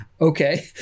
Okay